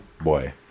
Boy